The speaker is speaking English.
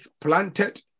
planted